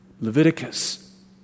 Leviticus